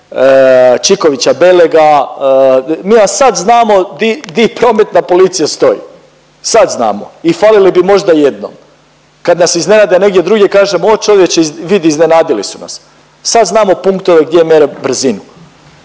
Čikovića Beloga, mi vam sad znamo di vam prometna policija stoji, sad znamo i falili bi možda jedno. Kad nas iznenade negdje drugdje kažemo o čovječe vidi iznenadili su nas. Sad znamo punktove gdje mjere brzinu,